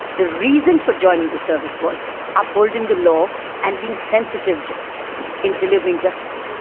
the reason for joining the service was upholding the law and being sensitive in delivering justice.